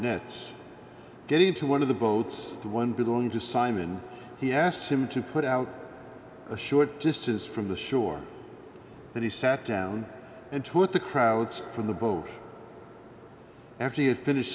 nets getting into one of the boats the one belonging to simon he asked him to put out a short distance from the shore and he sat down and took the crowds from the boat after you have finished